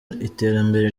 iterambere